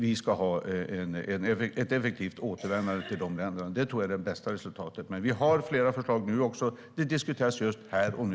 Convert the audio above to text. Vi ska ha ett effektivt återvändande till de länderna. Det tror jag är det bästa resultatet. Men vi har flera förslag. De diskuteras här och nu.